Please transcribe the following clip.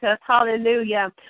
Hallelujah